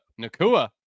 Nakua